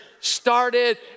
started